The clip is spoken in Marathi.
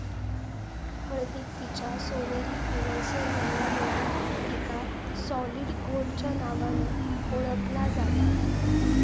हळदीक तिच्या सोनेरी पिवळसर रंगामुळे तिका सॉलिड गोल्डच्या नावान ओळखला जाता